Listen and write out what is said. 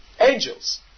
Angels